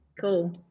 cool